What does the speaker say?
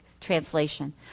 translation